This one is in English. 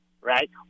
right